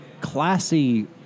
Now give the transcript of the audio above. classy